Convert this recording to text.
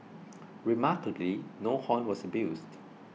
remarkably no horn was abused